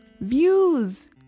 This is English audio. Views